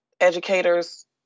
educators